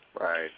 Right